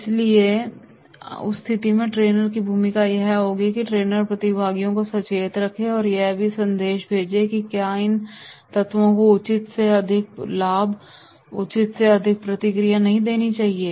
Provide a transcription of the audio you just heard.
इसलिए उस स्थिति में ट्रेनर की भूमिका यह होगी कि एक ट्रेनर प्रतिभागियों को सचेत रखे और यह भी संदेश भेजे कि क्या इन तत्वों को उचित से अधिक लाभ उचित से अधिक प्रतिक्रिया नहीं दी जानी चाहिए